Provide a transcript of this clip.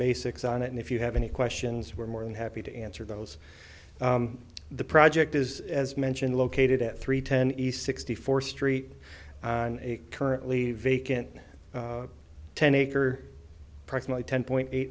basics on it and if you have any questions we're more than happy to answer those the project is as mentioned located at three ten east sixty fourth street currently vacant ten acre park my ten point eight